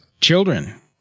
children